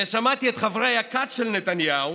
אני שמעתי את חברי הכת של נתניהו